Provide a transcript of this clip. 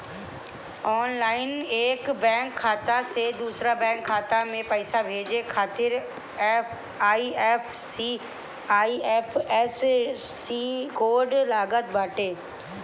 online एक bank खाता से दूसरा बैंक खाता में पईसा भेजे खातिर आई.एफ.एस.सी कोड लागत बाटे